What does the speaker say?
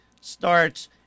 starts